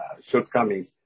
shortcomings